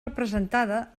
representada